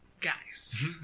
guys